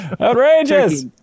Outrageous